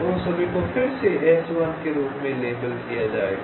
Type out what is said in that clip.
उन सभी को फिर से S1 के रूप में लेबल किया जाएगा